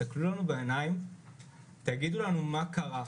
להסתכל לנו בעיניים ולהגיד לנו מה קרה.